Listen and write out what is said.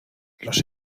los